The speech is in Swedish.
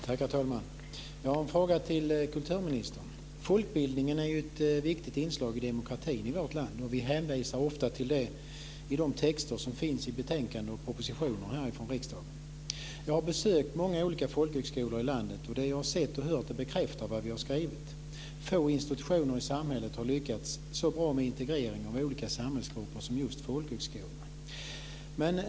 Herr talman! Jag har en fråga till kulturministern. Folkbildningen är ju ett viktigt inslag i demokratin i vårt land, och vi hänvisar ofta till den i de texter som finns i betänkanden och propositioner här i riksdagen. Jag har besökt många olika folkhögskolor i landet, och det jag har sett och hört bekräftar vad vi har skrivit. Få institutioner i samhället har lyckats så bra med integreringen av olika samhällsgrupper som just folkhögskolan.